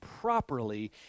properly